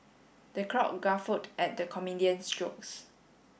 the crowd guffawed at the comedian's jokes